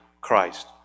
Christ